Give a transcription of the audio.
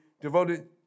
devoted